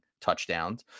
touchdowns